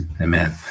Amen